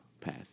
path